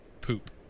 poop